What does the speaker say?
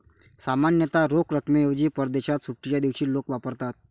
सामान्यतः रोख रकमेऐवजी परदेशात सुट्टीच्या दिवशी लोक वापरतात